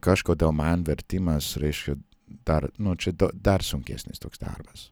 kažkodėl man vertimas reiškia dar nu čia dar sunkesnis toks darbas